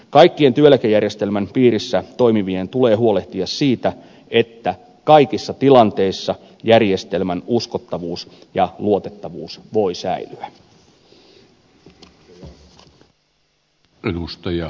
kaikkien työeläkejärjestelmän piirissä toimivien tulee huolehtia siitä että kaikissa tilanteissa järjestelmän uskottavuus ja luotettavuus voi säilyä